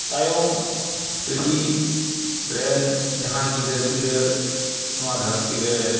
ᱛᱟᱭᱚᱢ ᱯᱤᱲᱦᱤ ᱨᱮᱱ ᱡᱟᱦᱟᱸᱭ ᱜᱤᱫᱟᱹᱨᱼᱯᱤᱫᱟᱹᱨ ᱱᱚᱣᱟ ᱫᱷᱟᱹᱨᱛᱤ ᱨᱮ